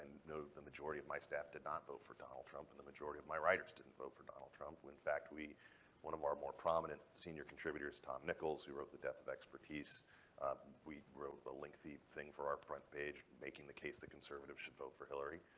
know the majority of my staff did not vote for donald trump and the majority of my writers didn't vote for donald trump. in fact, we one of our more prominent senior contributors, tom nichols, who wrote the death of expertise we wrote a lengthy thing for our front page making the case that conservatives should vote for hillary.